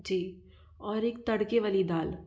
जी और एक तड़के वाली दाल